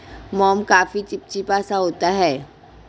मोम काफी चिपचिपा सा होता है